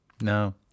No